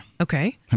Okay